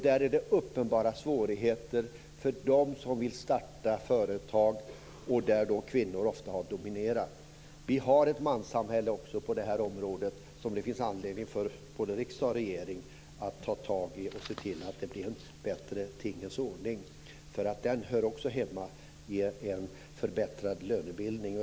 Där är det uppenbara svårigheter för dem som vill starta företag, och där har kvinnor ofta dominerat. Vi har ett manssamhälle också på detta område. Det finns anledning för både riksdag och regering att ta tag i detta och se till så att det blir en bättre tingens ordning. Det hör också hemma i diskussionen om en förbättrad lönebildning.